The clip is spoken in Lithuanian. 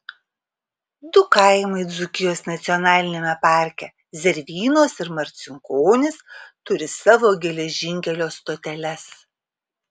du kaimai dzūkijos nacionaliniame parke zervynos ir marcinkonys turi savo geležinkelio stoteles